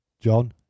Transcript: john